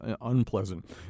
unpleasant